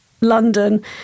London